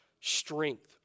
strength